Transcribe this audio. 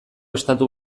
estatu